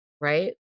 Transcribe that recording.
right